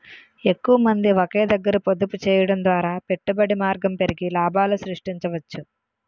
ఎక్కువమంది ఒకే దగ్గర పొదుపు చేయడం ద్వారా పెట్టుబడి మార్గం పెరిగి లాభాలు సృష్టించవచ్చు